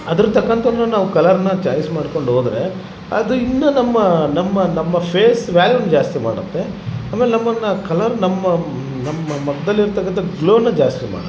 ಅದ್ರದ್ದು ತಕ್ಕಂಥ ನಾವು ಕಲರ್ನ ಚಾಯ್ಸ್ ಮಾಡ್ಕೊಂಡು ಹೋದ್ರೆ ಅದು ಇನ್ನು ನಮ್ಮ ನಮ್ಮ ನಮ್ಮ ಫೇಸ್ ವ್ಯಾಲ್ಯೂನ ಜಾಸ್ತಿ ಮಾಡುತ್ತೆ ಆಮೇಲೆ ನಮ್ಮನ್ನು ಕಲರ್ ನಮ್ಮ ನಮ್ಮ ಮುಖ್ದಲ್ ಇರ್ತಕ್ಕಂಥ ಗ್ಲೋನ ಜಾಸ್ತಿ ಮಾಡುತ್ತೆ